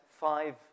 five